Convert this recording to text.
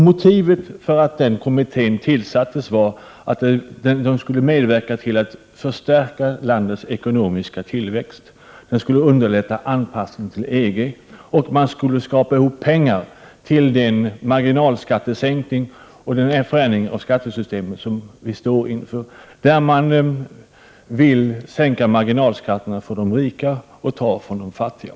Motivet för att den kommittén tillsattes var att den skulle medverka till att förstärka landets ekonomiska tillväxt, underlätta anpassning till EG och skrapa ihop pengar till den marginalskattesänkning och den förändring av skattesystemet som vi står inför och där man vill sänka marginalskatten för de rika och ta från de fattiga.